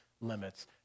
limits